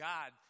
God